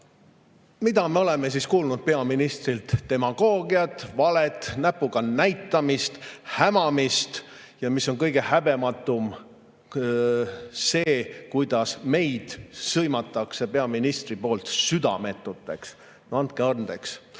Mida me oleme siis kuulnud peaministrilt? Demagoogiat, valet, näpuga näitamist, hämamist. Ja mis on kõige häbematum: see, kuidas peaminister sõimab meid südametuteks. No andke andeks! Ma